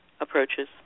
approaches